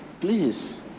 please